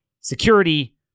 security